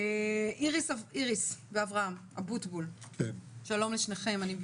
איריס ואברהם אבוטבול, שלום לשניכם.